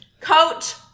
coach